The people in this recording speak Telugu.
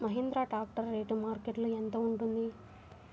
మహేంద్ర ట్రాక్టర్ రేటు మార్కెట్లో యెంత ఉంటుంది?